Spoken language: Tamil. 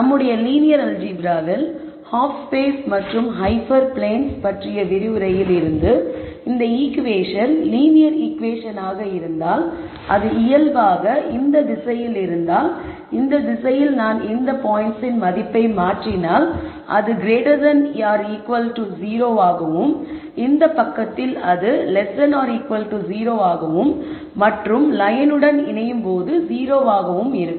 நம்முடைய லீனியர் அல்ஜீப்ராவில் ஹாஃப் ஸ்பேஸ் மற்றும் ஹைப்பர் பிளேன்ஸ் பற்றிய விரிவுரையில் இருந்து இந்த ஈகுவேஷன் லீனியர் ஈகுவேஷன் ஆக இருந்தால் அது இயல்பாக இந்த திசையில் இருந்தால் இந்த திசையில் நான் இந்த பாயின்ட்ஸ்ன் மதிப்பை மாற்றினால் அது 0 ஆகவும் இந்த பக்கத்தில் அது 0 ஆகவும் மற்றும் லயனுடன் 0 ஆகவும் இருக்கும்